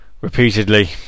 repeatedly